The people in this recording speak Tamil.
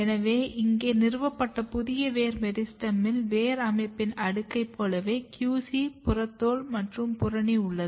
எனவே இங்கே நிறுவப்பட்ட புதிய வேர் மெரிஸ்டெமில் வேர் அமைப்பின் அடுக்கைப் போலவே QC புறத்தோல் மற்றும் புறணி உள்ளது